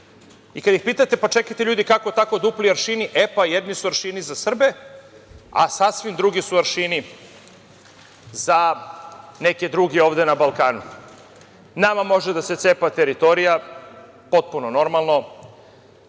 Kada ih pitate, pa čekajte ljudi, kako tako dupli aršini? E, pa, jedni su aršini za Srbe, a sasvim drugi su aršini za neke druge na Balkanu. Nama može da se cepa teritorija, potpuno normalno. Ono